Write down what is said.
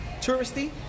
touristy